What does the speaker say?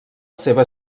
seva